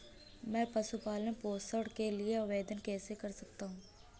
मैं पशु पालन पोषण के लिए आवेदन कैसे कर सकता हूँ?